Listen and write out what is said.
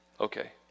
Okay